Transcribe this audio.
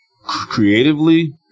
Creatively